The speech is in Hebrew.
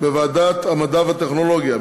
בוועדת המדע והטכנולוגיה,